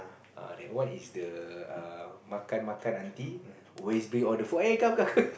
err that one is the err makan makan aunty always bring all the food eh come come come